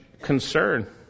concern